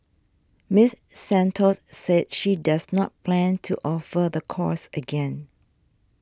Miss Santos said she does not plan to offer the course again